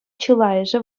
чылайӑшӗ